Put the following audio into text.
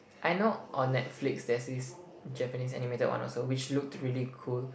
I know on Netflix there's this Japanese animated one also which looked really cool